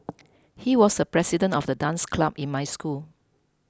he was the president of the dance club in my school